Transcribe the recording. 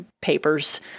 papers